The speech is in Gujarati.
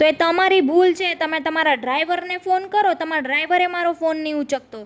તો એ તમારી ભૂલ છે તમે તમારા ડ્રાઈવરને ફોન કરો તમારો ડ્રાઈવરે મારો ફોન નથી ઉચકતો